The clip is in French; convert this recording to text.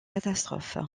catastrophe